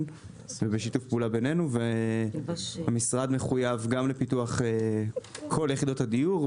ובשיתוף פעולה בינינו והמשרד מחויב גם לפיתוח כל יחידות הדיור,